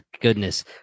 Goodness